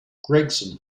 gregson